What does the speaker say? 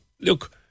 look